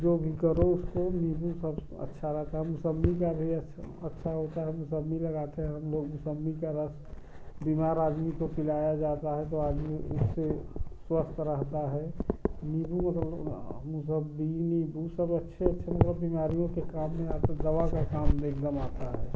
जो भी करो उससे निम्बू स अच्छा रहता है हम सब्ज़ी का भी अच् अच्छा होता है हम सब्ज़ी लगाते हैं हम लोग सब्ज़ी का रस बीमार आदमी को पिलाया जाता है तो आदमी उससे स्वस्थ रहता है नीम्बू में सब मौसम्बी सब अच्छे अच्छे मतलब बीमारियों के काम में या तो दवा का काम में एकदम आता है